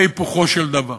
זה היפוכו של דבר,